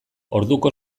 orduko